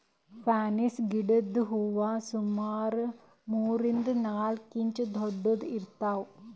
fancy ಗಿಡದ್ ಹೂವಾ ಸುಮಾರ್ ಮೂರರಿಂದ್ ನಾಲ್ಕ್ ಇಂಚ್ ದೊಡ್ಡದ್ ಇರ್ತವ್